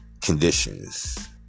conditions